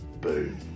Boom